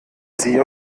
sie